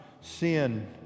sin